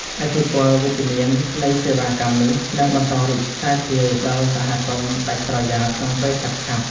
ឥទ្ធិពលវិជ្ជមាននៃសេវាកម្មនេះ នឹងបន្តរីកសាយភាយដល់សហគមន៍ដាច់ស្រយាលក្នុងពេលឆាប់ៗ។